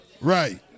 right